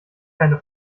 keine